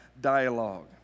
dialogue